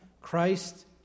Christ